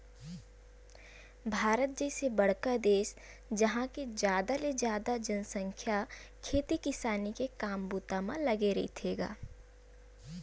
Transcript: भारत जइसे बड़का देस जिहाँ के जादा ले जादा जनसंख्या खेती किसानी के काम बूता म लगे रहिथे गा